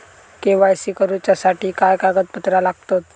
KYC करूच्यासाठी काय कागदपत्रा लागतत?